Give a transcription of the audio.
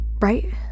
right